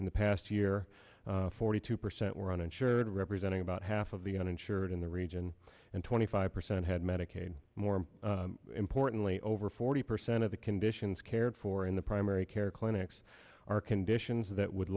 in the past year forty two percent were uninsured representing about half of the uninsured in the region and twenty five percent had medicaid more importantly over forty percent of the conditions cared for in the primary care clinics are conditions that would